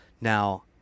Now